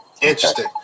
interesting